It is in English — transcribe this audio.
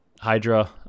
Hydra